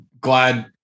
glad